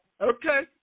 Okay